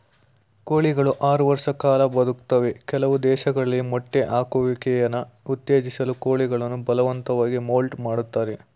ಕೋಳಿಗಳು ಆರು ವರ್ಷ ಕಾಲ ಬದುಕ್ತವೆ ಕೆಲವು ದೇಶದಲ್ಲಿ ಮೊಟ್ಟೆ ಹಾಕುವಿಕೆನ ಉತ್ತೇಜಿಸಲು ಕೋಳಿಗಳನ್ನು ಬಲವಂತವಾಗಿ ಮೌಲ್ಟ್ ಮಾಡ್ತರೆ